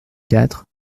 quatre